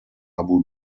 abu